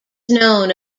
known